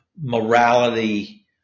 morality